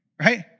right